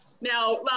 Now